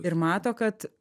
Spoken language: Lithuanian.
ir mato kad